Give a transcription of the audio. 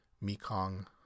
Mekong